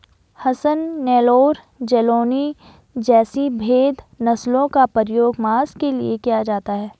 हसन, नेल्लौर, जालौनी जैसी भेद नस्लों का प्रयोग मांस के लिए किया जाता है